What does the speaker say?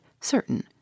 certain